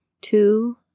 Two